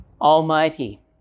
Almighty